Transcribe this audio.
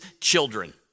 children